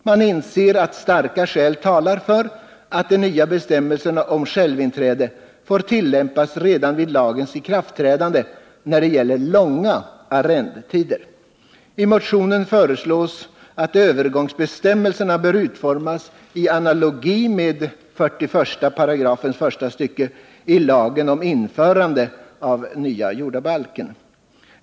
Men man anser att starka skäl talar för att de nya bestämmelserna om självinträde får tillämpas redan vid lagens ikraftträdande när det gäller långa arrendetider. I motionen föreslås att övergångsbestämmelserna utformas i analogi med 41 § 1 stycket lagen om införande av nya jordabalken.